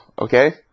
Okay